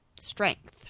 strength